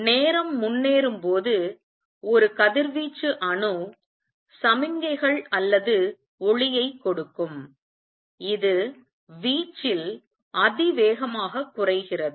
நேரம் முன்னேறும்போது ஒரு கதிர்வீச்சு அணு சமிக்ஞைகள் அல்லது ஒளியைக் கொடுக்கும் இது வீச்சில் அதிவேகமாகக் குறைகிறது